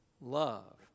love